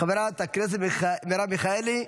חברת הכנסת מרב מיכאלי,